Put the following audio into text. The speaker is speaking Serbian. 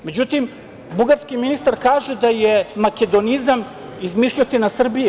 Međutim, bugarski ministar kaže da je makedonizam izmišljotina Srbije.